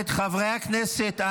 " חברי הכנסת,